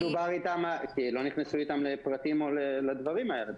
כי לא נכנסו איתם לפרטים או לדברים האלה,